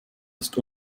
ist